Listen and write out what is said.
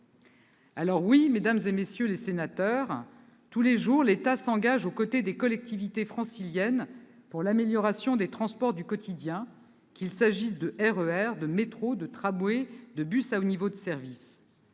les jours, mesdames, messieurs les sénateurs, l'État s'engage aux côtés des collectivités franciliennes pour l'amélioration des transports du quotidien, qu'il s'agisse du RER, du métro, du tramway ou du bus à haut niveau de service.